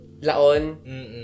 laon